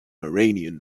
iranian